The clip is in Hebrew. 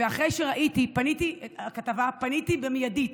ואחרי שראיתי את הכתבה פניתי מיידית